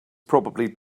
probably